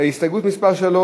הסתייגות מס' 3,